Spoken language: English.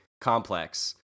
complex